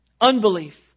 Unbelief